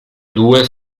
due